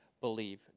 believe